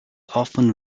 often